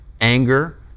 anger